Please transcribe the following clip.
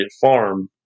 Farm